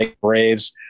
Braves